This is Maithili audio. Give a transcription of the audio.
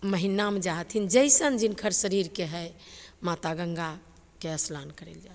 महिनामे जा हथिन जइसन जिनकर शरीरके हइ माता गङ्गाके अस्नान करैले जाइ हथिन